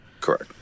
Correct